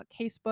casebook